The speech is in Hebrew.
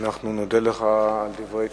אנחנו נודה לך על דברי תשובתך.